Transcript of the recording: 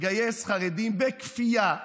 לגייס חרדים בכפייה,